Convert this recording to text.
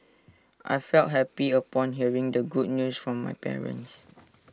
I felt happy upon hearing the good news from my parents